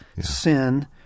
sin